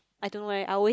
I don't know leh I always